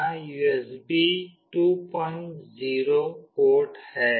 यहां USB 20 port है